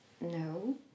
no